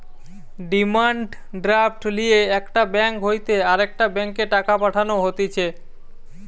demand draft লিয়ে একটা bank হইতে আরেকটা ব্যাংকে টাকা পাঠানো হতিছে